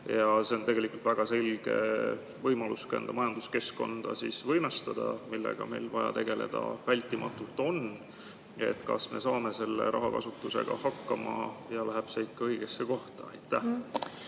See on tegelikult väga selge võimalus ka enda majanduskeskkonda võimestada, millega meil on vältimatult vaja tegeleda. Kas me saame selle rahakasutusega hakkama ja läheb see ikka õigesse kohta? Aitäh!